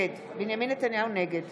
נתניהו, נגד